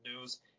news